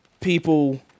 people